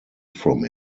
from